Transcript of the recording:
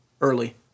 early